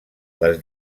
les